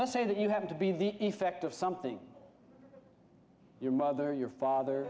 let's say that you have to be the effect of something your mother your father